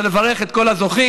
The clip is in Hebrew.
אני רוצה לברך את כל הזוכים,